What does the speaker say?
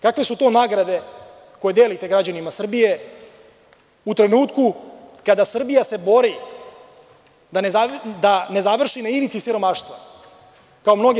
Kakve su to nagrade koje delite građanima Srbije, u trenutku kada se Srbija bori da ne završi na ivici siromaštva, kao mnoge